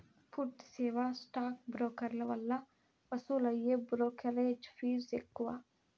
పూర్తి సేవా స్టాక్ బ్రోకర్ల వల్ల వసూలయ్యే బ్రోకెరేజ్ ఫీజ్ ఎక్కువ